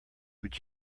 would